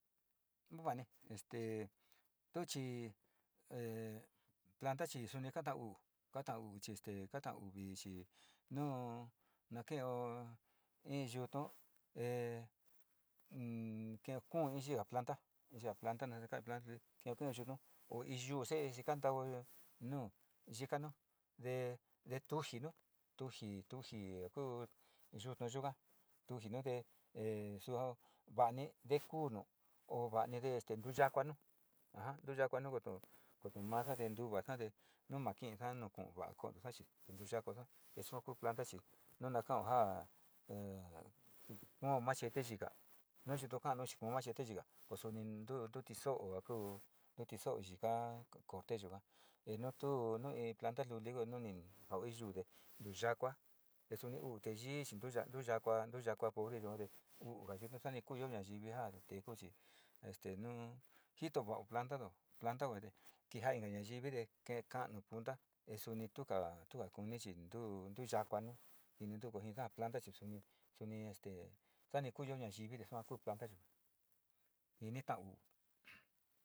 Nuu va'ani este tuchí he plata chí kuni kana uu kakuu chí este kana uvichí, nuu nakeo iin yunuu hé kekoni kina planta ya'á plata naka planta kekuno xhino ho hi yuu xee tikanda uu nuu yikano, ndetujino tunji tunji kuu yunu yungua, tunjinde he xo'o va'a ande ndekunu ho vani este nruyakua nuu anjan nundakua nuu ndetu kuu vanja ndenunde ndaje, nuu ma'a ken kon xa'a kuxakiate nruxia kuixa texoko cuenta xhí no'ó nana konjá, he ko machete xhí ka'a nuu xuu kanuu kuu machete xí ka'a koxoni nduu ndutixó, ho onga kuu ndetixó ka'a konrte yuá he nuu tuu kuu planta lulu ndenju nuni ho hi yunde nruyakua, exondo nei nruya'a nruya'a akua nrundade yunde yonde uu kuxakuyo nayiví, kinjan kuu ho xí este nuu njito vaá planta nuu plata ote kinjá inka nayinde ken kanuu este xuni tuka kunikuni xinduu xakuano kindi nuu ndakoni planta chí xii kuni este xani kuyuu ñaiví nixayuu kuayo'ó ini ta'a uu.